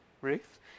Ruth